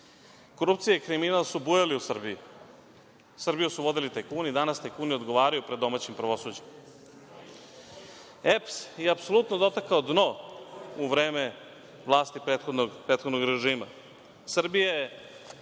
Korupcija i kriminal su bujali u Srbiji. Srbiju su vodili tajkuni, a danas tajkuni odgovaraju pred domaćim pravosuđem. EPS je apsolutno dotakao dno u vreme vlasti prethodnog režima. Srbija